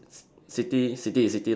ci~ city is city lah